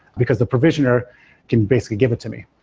because the provisioner can basically give it to me.